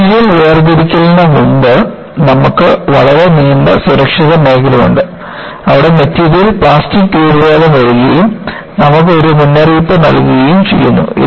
material വേർതിരിക്കലിന് മുമ്പ് നമുക്ക് വളരെ നീണ്ട സുരക്ഷിത മേഖലയുണ്ട് അവിടെ മെറ്റീരിയൽ പ്ലാസ്റ്റിക്ക് രൂപഭേദം വരുത്തുകയും നമുക്ക് ഒരു മുന്നറിയിപ്പ് നൽകുകയും ചെയ്യുന്നു